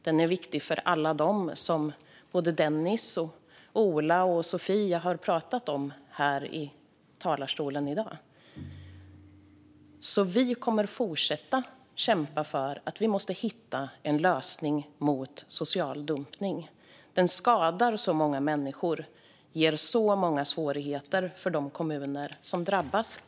Den är viktig för alla dem som Denis, Ola och Sofie har pratat om här i talarstolen i dag. Vi kommer att fortsätta att kämpa för att hitta en lösning på den sociala dumpning som skadar så många människor och ger så många svårigheter för de kommuner som drabbas.